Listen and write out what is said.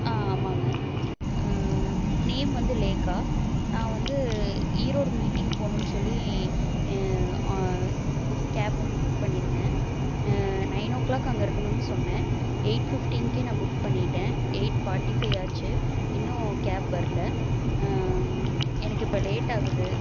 ஆ ஆமாங்க நேம் வந்து லேக்கா நான் வந்து ஈரோடு மீட்டிங் போகணுன்னு சொல்லி புக் கேப் வந்து புக் பண்ணிருந்தேன் நயன் ஓ கிளாக் அங்கே இருக்கணும் சொன்னேன் எயிட் ஃபிஃப்டீன்க்கே நான் புக் பண்ணிட்டேன் எயிட் ஃபார்ட்டி ஃபைவ் ஆச்சு இன்னும் கேப் வரல எனக்கு இப்போ லேட்டாகுது